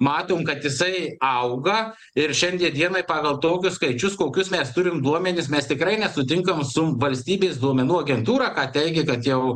matom kad jisai auga ir šiandie dienai pagal tokius skaičius kokius mes turim duomenis mes tikrai nesutinkam su valstybės duomenų agentūra teigia kad jau